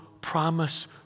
promise